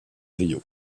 rio